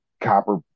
copper